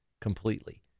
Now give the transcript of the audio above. completely